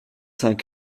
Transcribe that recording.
cinq